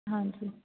ਹਾਂਜੀ